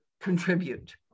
contribute